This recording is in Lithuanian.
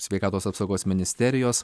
sveikatos apsaugos ministerijos